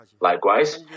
Likewise